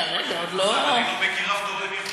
אני לא מכיר שום תורם מחו"ל.